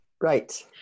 Right